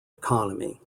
economy